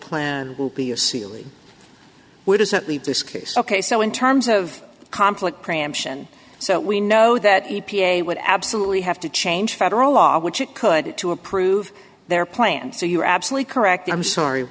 plan will be a ceiling where does that leave this case ok so in terms of conflict preemption so we know that u p a would absolutely have to change federal law which it could to approve their plan so you're absolutely correct i'm sorry